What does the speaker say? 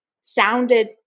sounded